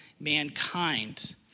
mankind